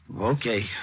okay